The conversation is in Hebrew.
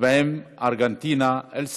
ובהן ארגנטינה, אל סלוודור,